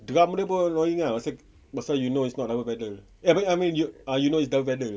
drum dia pun annoying ah pasal pasal you know it's not our pedal I mean I mean you you know it's double pedal